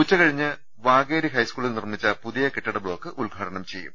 ഉച്ചകഴിഞ്ഞ് വാകേരി ഹൈസ്കൂളിൽ നിർമ്മിച്ച പുതിയ കെട്ടിട ബ്ലോക്ക് ഉദ്ഘാടനം ചെയ്യും